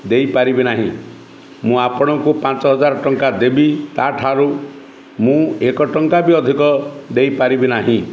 ଦେଇପାରିବି ନାହିଁ ମୁଁ ଆପଣଙ୍କୁ ପାଞ୍ଚ ହଜାର ଟଙ୍କା ଦେବି ତା'ଠାରୁ ମୁଁ ଏକ ଟଙ୍କା ବି ଅଧିକ ଦେଇପାରିବି ନାହିଁ